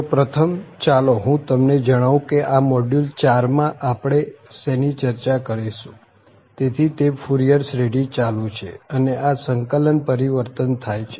તો પ્રથમ ચાલો હું તમને જણાવું કે આ મોડ્યુલ ચારમાં આપણે શેની ચર્ચા કરીશું તેથી તે ફૂરીયર શ્રેઢી ચાલુ છે અને આ સંકલન પરિવર્તન થાય છે